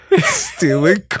stealing